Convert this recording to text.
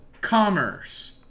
Commerce